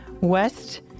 West